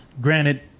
granted